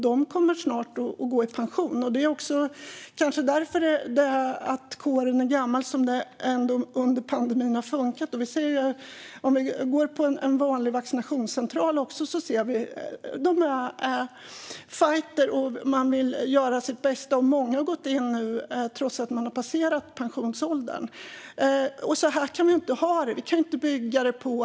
De kommer snart att gå i pension. Kanske är det för att kåren är gammal som det har funkat under pandemin. På en vanlig vaccinationscentral kan man se att de är fajter och vill göra sitt bästa. Många har gått in i tjänst nu trots att de har passerat pensionsåldern. Men så här kan vi inte ha det. Vi kan inte bygga på det här.